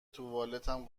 توالتم